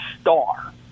star